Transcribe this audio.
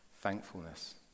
thankfulness